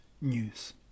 news